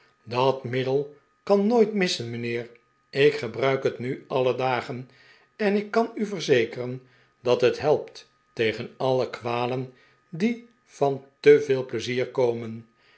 dat middel kan nooit missen mijnheer ik gebruik het nu alle dagen en ik kan u verzekeren dat het helpt tegen alle kwalen die van te veel pleizier komen